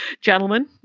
gentlemen